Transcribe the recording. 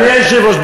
אדוני היושב-ראש,